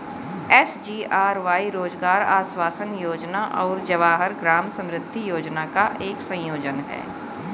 SGRY रोजगार आश्वासन योजना और जवाहर ग्राम समृद्धि योजना का एक संयोजन है